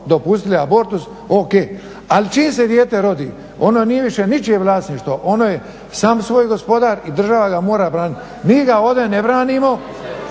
Dobro